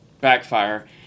backfire